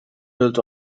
built